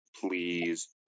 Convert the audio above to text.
please